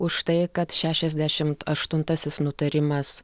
už tai kad šešiasdešimt aštuntasis nutarimas